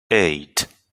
eight